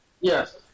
Yes